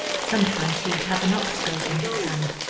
sometimes he would have an ox-goad in his hand,